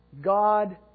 God